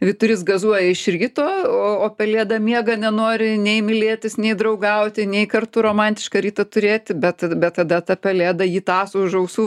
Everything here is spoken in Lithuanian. vyturys gazuoja iš ryto o o pelėda miega nenori nei mylėtis nei draugauti nei kartu romantišką rytą turėti bet bet tada ta pelėda jį tąso už ausų